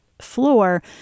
floor